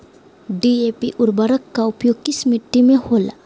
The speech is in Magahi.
डी.ए.पी उर्वरक का प्रयोग किस मिट्टी में होला?